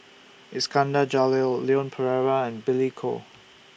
Iskandar Jalil Leon Perera and Billy Koh